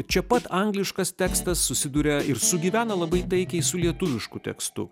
čia pat angliškas tekstas susiduria ir sugyvena labai taikiai su lietuvišku tekstu